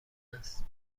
است